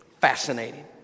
fascinating